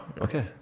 Okay